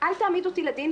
אל תעמיד אותי לדין,